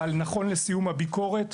אבל נכון לסיום הביקורת,